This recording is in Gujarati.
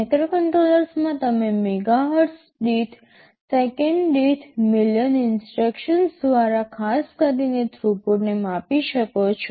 માઇક્રોકન્ટ્રોલર્સમાં તમે મેગાહર્ટ્ઝ દીઠ સેકંડ દીઠ મિલિયન ઇન્સટ્રક્શન્સ દ્વારા ખાસ કરીને થ્રુપુટને માપી શકો છો